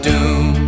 Doom